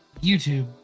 YouTube